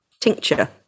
Tincture